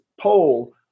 poll